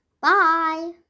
Bye